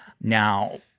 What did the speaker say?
Now